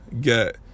get